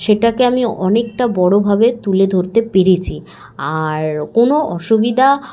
সেটাকে আমি অনেকটা বড়োভাবে তুলে ধরতে পেরেছি আর কোনো অসুবিধা